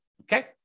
okay